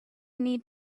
need